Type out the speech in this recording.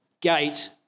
gate